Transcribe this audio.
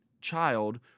child